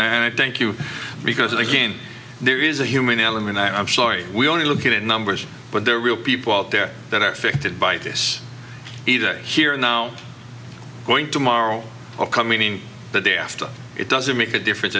and i thank you because again there is a human element i'm sorry we only look at numbers but there are real people out there that are affected by this either here and now going tomorrow or coming in the day after it doesn't make a difference